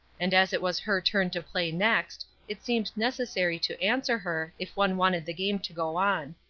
and as it was her turn to play next, it seemed necessary to answer her if one wanted the game to go on.